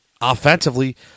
offensively